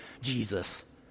Jesus